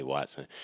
Watson